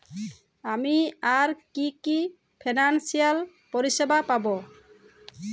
আমি আর কি কি ফিনান্সসিয়াল পরিষেবা পাব?